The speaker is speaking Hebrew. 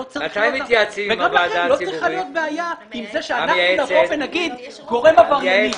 גם לכם לא צריכה להיות בעיה עם זה שאנחנו נבוא ונגיד גורם עברייני.